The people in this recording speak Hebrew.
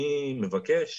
אני מבקש